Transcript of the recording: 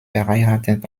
verheiratet